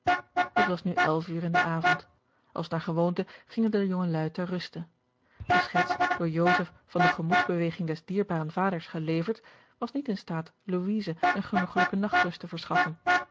het was nu elf uur in den avond als naar gewoonte gingen de jongeluî ter ruste de schets door joseph van de gemoedsbeweging des dierbaren vaders geleverd was niet in staat louise eene genoegelijke nachtrust te verschaffen